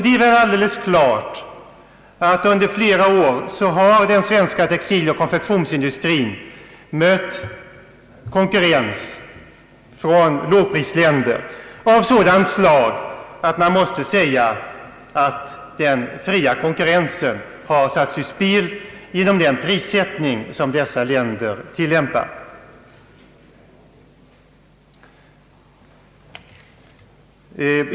Det är väl också alldeles klart att den svens ka textiloch konfektionsindustrin under flera år har mött konkurrens från lågprisländer av sådant slag att man måste säga att den fria konkurrensen har satts ur spel genom den prissättning som dessa länder tillämpar.